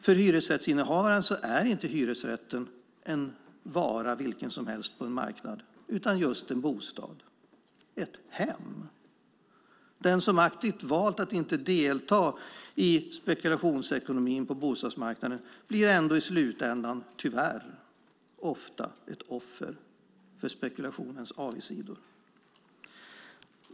För hyresrättsinnehavaren är inte hyresrätten en vara vilken som helst på en marknad utan just en bostad - ett hem. Den som aktivt har valt att inte delta i spekulationsekonomin på bostadsmarknaden blir i slutändan, tyvärr, ofta ett offer för spekulationens avigsidor.